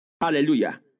Hallelujah